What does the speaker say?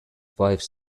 wife